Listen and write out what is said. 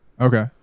Okay